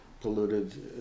polluted